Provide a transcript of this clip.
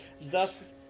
Thus